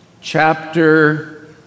chapter